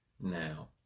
now